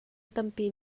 tampi